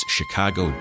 Chicago